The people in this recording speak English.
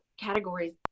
categories